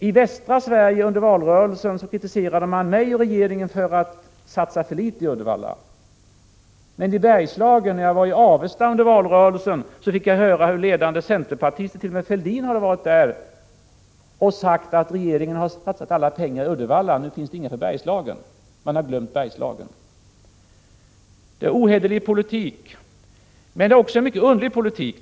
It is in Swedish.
I västra Sverige kritiserade man under valrörelsen mig och regeringen för att satsa för litet i Uddevalla. Men när jag var i Avesta under valrörelsen fick jag höra hur ledande centerpartister, t.o.m. Thorbjörn Fälldin, hade varit där och sagt att regeringen har satsat alla pengar i Uddevalla, och nu finns det inga pengar kvar till Bergslagen. Det är ohederlig politik. Men det är också en mycket underlig politik.